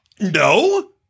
No